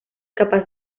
capaz